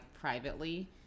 privately